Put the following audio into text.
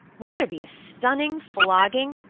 won't there be a stunning flogging?